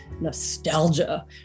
nostalgia